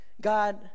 God